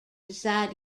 decided